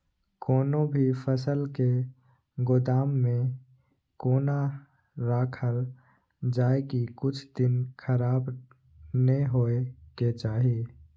कोनो भी फसल के गोदाम में कोना राखल जाय की कुछ दिन खराब ने होय के चाही?